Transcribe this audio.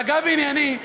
ואגב ענייני,